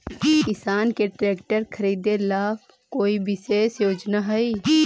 किसान के ट्रैक्टर खरीदे ला कोई विशेष योजना हई?